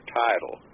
title